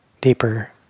deeper